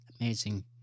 amazing